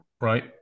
Right